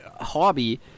hobby